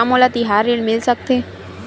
का मोला तिहार ऋण मिल सकथे?